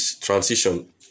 transition